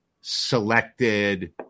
selected